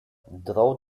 draw